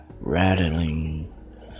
rattling